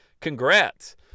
Congrats